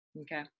Okay